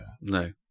No